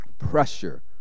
Pressure